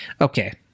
okay